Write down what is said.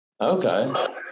Okay